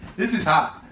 this is hot.